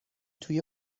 توی